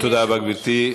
תודה רבה, גברתי.